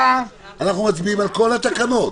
אנחנו מצביעים על כל התקנות?